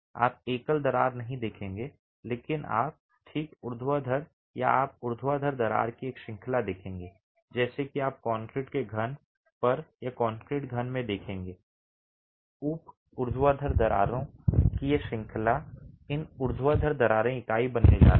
आप एकल दरार नहीं देखेंगे लेकिन आप ठीक ऊर्ध्वाधर या उप ऊर्ध्वाधर दरार की एक श्रृंखला देखेंगे जैसे कि आप कंक्रीट के घन पर या कंक्रीट घन में देखेंगे उप ऊर्ध्वाधर दरारें की ये श्रृंखला इन ऊर्ध्वाधर दरारें इकाई बनने जा रही हैं